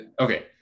okay